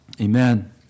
Amen